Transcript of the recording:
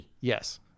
Yes